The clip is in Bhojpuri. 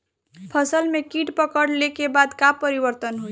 फसल में कीट पकड़ ले के बाद का परिवर्तन होई?